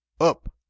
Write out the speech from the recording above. up